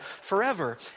forever